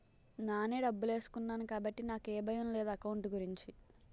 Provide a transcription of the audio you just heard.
నానే డబ్బులేసుకున్నాను కాబట్టి నాకు ఏ భయం లేదు ఎకౌంట్ గురించి